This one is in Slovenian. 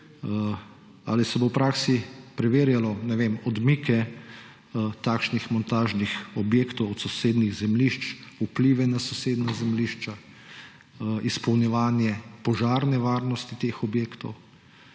Ali se bo v praksi preverjalo odmike montažnih objektov od sosednjih zemljišč, vplive na sosednja zemljišča, izpolnjevanje požarne varnosti teh objektov